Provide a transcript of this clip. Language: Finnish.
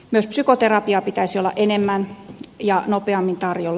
myös psykoterapiaa pitäisi olla enemmän ja nopeammin tarjolla